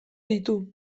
ditu